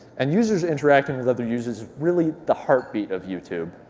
and users interacting with other users is really the heartbeat of youtube.